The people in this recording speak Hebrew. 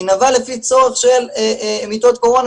היא נבעה לפי הצורך של מיטות קורונה